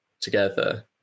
together